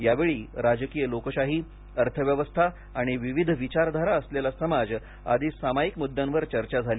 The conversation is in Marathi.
यावेळी राजकीय लोकशाही अर्थव्यवस्था आणि विविध विचारधारा असलेला समाज आदी सामायिक मुद्द्यांवर चर्चा झाली